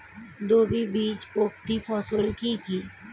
দ্বিবীজপত্রী ফসল কি কি?